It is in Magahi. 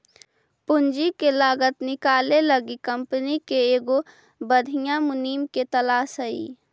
पूंजी के लागत निकाले लागी कंपनी के एगो बधियाँ मुनीम के तलास हई